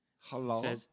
Hello